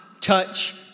touch